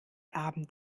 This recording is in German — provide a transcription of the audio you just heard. abend